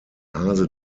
hase